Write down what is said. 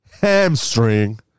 hamstring